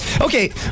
Okay